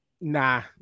nah